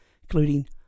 including